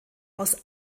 aus